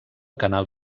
canal